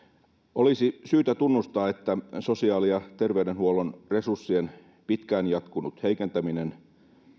olisi syytä tunnustaa että sosiaali ja terveydenhuollon resurssien pitkään jatkunut heikentäminen